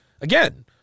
Again